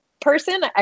person